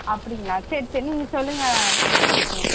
அப்படிங்களா சரி சரி நீங்கள் சொல்லுங்கள் பூஜா டீச்சர்